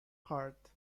heart